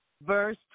Verse